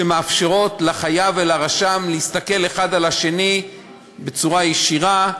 שמאפשרים לחייב ולרשם להסתכל האחד על השני בצורה ישירה,